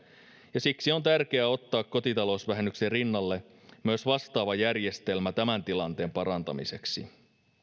ja siksi on tärkeää ottaa kotitalousvähennyksen rinnalle myös vastaava järjestelmä tämän tilanteen parantamiseksi